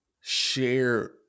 share